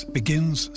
begins